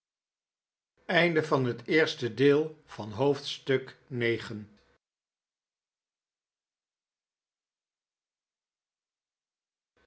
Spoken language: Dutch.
onderwerp van het gesprek haar van het